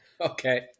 Okay